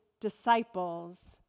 disciples